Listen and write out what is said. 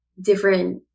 different